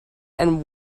and